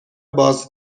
باز